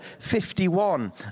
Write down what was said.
51